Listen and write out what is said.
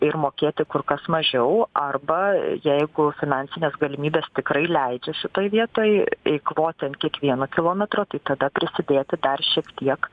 ir mokėti kur kas mažiau arba jeigu finansinės galimybės tikrai leidžia šitoj vietoj eikvoti ant kiekvieno kilometro tai tada prisidėtų dar šiek tiek